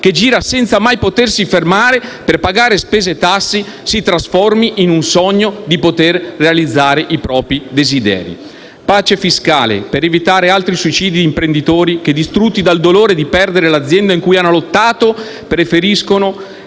che gira senza mai potersi fermare per pagare le spese e le tasse, si trasformi nel sogno di poter realizzare i propri desideri. Pace fiscale per evitare altri suicidi di imprenditori che, distrutti dal dolore di perdere l'azienda per cui hanno lottato, preferiscono